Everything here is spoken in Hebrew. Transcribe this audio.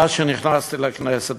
מאז נכנסתי לכנסת,